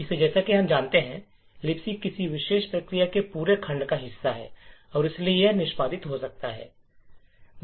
इसलिए जैसा कि हम जानते हैं कि Libc किसी विशेष प्रक्रिया के पूरे खंड का हिस्सा है और इसलिए यह निष्पादित हो सकता है